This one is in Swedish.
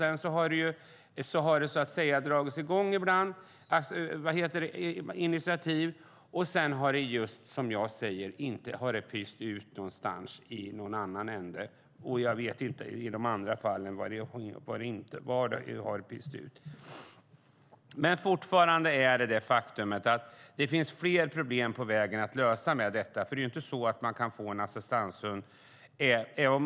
Initiativ har tagits, men de har pyst ut i någon annan ända. Jag vet inte var de pyst ut. Fortfarande kvarstår faktum att det finns problem att lösa när det gäller assistanshundarna.